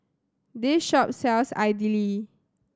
this shop sells idly